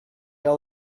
all